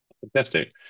Fantastic